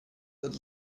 that